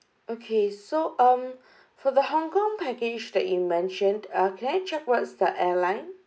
okay so um for the Hong-Kong package that you mentioned uh can I check what's the airline